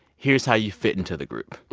here's how you fit into the group.